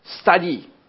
study